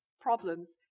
problems